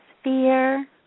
sphere